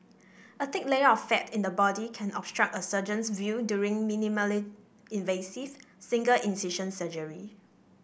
a thick layer of fat in the body can obstruct a surgeon's view during minimally invasive single incision surgery